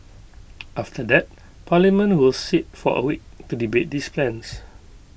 after that parliament will sit for A week to debate these plans